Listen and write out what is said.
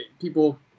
people –